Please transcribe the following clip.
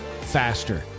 faster